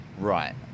Right